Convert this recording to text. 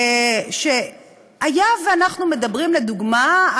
שהיה ואנחנו מדברים, לדוגמה,